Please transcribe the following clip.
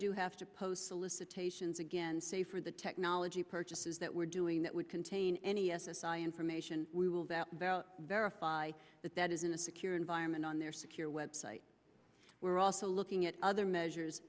do have to post solicitations again say for the technology purchases that we're doing that we contain any s s i information we will verify that that is in a secure environment on their secure web site we're also looking at other measures